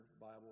Bible